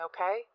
okay